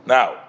Now